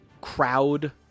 crowd